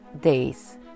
days